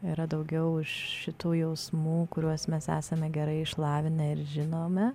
yra daugiau šitų jausmų kuriuos mes esame gerai išlavinę ir žinome